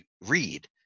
read